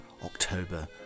October